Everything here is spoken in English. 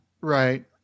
Right